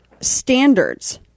standards